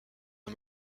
est